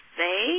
say